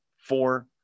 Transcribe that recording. four